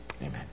amen